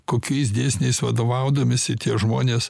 kokiais dėsniais vadovaudamiesi tie žmonės